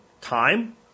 time